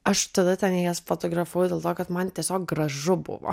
aš tada ten jas fotografavau dėl to kad man tiesiog gražu buvo